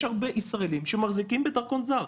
יש הרבה ישראלים שמחזיקים בדרכון זר.